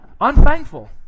Unthankful